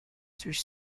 through